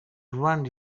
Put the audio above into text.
land